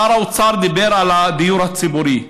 שר האוצר דיבר על הדיור הציבורי.